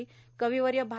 कविवर्य भा